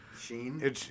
Sheen